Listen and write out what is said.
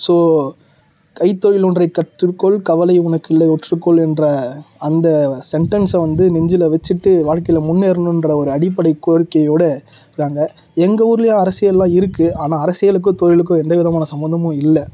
so கைத்தொழில் ஒன்றை கற்றுக்கொள் கவலை உனக்கில்லை ஒற்றுக்கொள் என்ற அந்த சென்டன்ஸ் வந்து நெஞ்சில் வச்சிட்டு வாழ்க்கையில் முன்னேறணுன்ற ஒரு அடிப்படை கோரிக்கையோடு வாங்க எங்கள் ஊர்லேயும் அரசியல்லாம் இருக்குது ஆனால் அரசியலுக்கும் தொழிலுக்கும் வந்து எந்த விதமான சம்மந்தமும் இல்லை